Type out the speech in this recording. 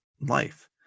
life